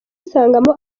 usangamo